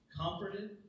comforted